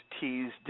T's